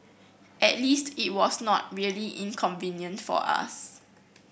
at least it was not really inconvenient for us